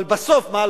אבל בסוף, מה?